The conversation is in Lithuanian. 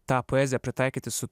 tą poeziją pritaikyti su